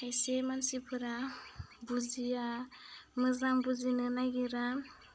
खायसे मानसिफोरा बुजिया मोजां बुजिनो नागिरा